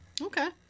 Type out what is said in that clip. Okay